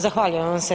Zahvaljujem vam se.